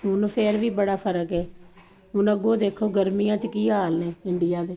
ਹੁਣ ਫਿਰ ਵੀ ਬੜਾ ਫਰਕ ਹ ਹੁਣ ਅਗੋ ਦੇਖੋ ਗਰਮੀਆਂ ਚ ਕੀ ਹਾਲ ਨੇ ਇੰਡੀਆ ਦੇ